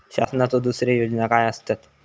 शासनाचो दुसरे योजना काय आसतत?